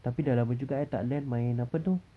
tapi dah lama juga eh tak LAN main apa tu